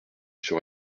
sur